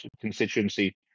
constituency